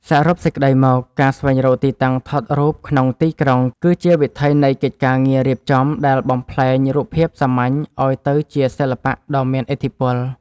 សរុបសេចក្ដីមក ការស្វែងរកទីតាំងថតរូបក្នុងទីក្រុង គឺជា វិថីនៃកិច្ចការងាររៀបចំ ដែលបំប្លែងរូបភាពសាមញ្ញឱ្យទៅជាសិល្បៈដ៏មានឥទ្ធិពល។